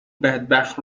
بدبخت